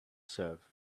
serve